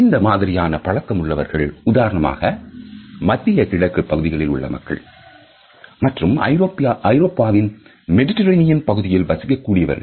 இந்த மாதிரியான பழக்கமுள்ளவர்கள் உதாரணமாக மத்திய கிழக்கு பகுதியில் உள்ள மக்கள் மற்றும் ஐரோப்பாவின் மெடிட்டரேனியன் பகுதியில் வசிக்க கூடியவர்கள்